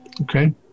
Okay